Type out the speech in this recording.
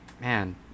man